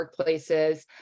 workplaces